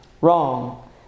wrong